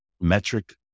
metric